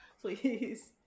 please